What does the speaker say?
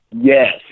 Yes